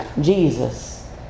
Jesus